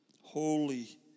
holy